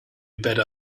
better